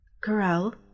Corral